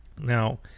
Now